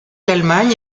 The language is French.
l’allemagne